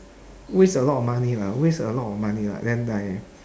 waste a lot of money lah waste a lot of money lah then like